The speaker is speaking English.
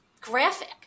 Graphic